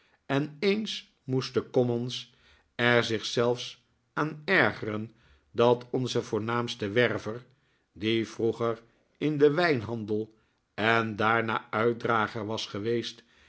en eens moest de commons er zich zelfs aan ergeren dat onze voornaamste werver die vroeger in den wijnhandel en daarna uitdrager was geweest